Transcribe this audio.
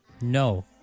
No